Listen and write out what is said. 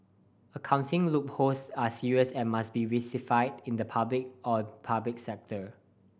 accounting loopholes are serious and must be rectified in the public or public sector